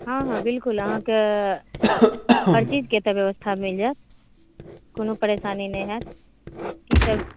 हँ हँ बिल्कुल अहाँके हर चीजके एतऽश्रव्यवस्था मिल जाएत कोनो परेशानी नहि होएत की सभ